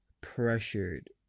pressured